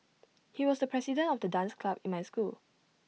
he was the president of the dance club in my school